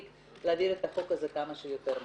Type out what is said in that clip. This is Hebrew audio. סעיף 2: קביעת ועדות לדיון בהצעת חוק